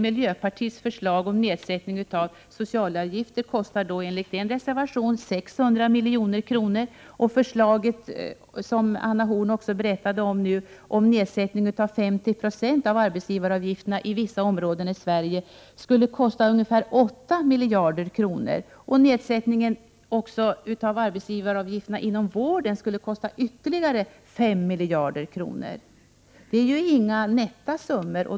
Miljöpartiets förslag om nedsättning av socialavgifter kostar enligt en reservation 600 milj.kr., och förslaget som Anna Horn berättade om, nedsättningen med 50 2 av arbetsgivaravgifterna i vissa områden i Sverige, skulle kosta ungefär 8 miljarder kronor. Nedsättningen av arbetsgivaravgifterna inom vården skulle kosta ytterligare 5 miljarder Prot. 1988/89:108 kronor. Det är inga nätta summor.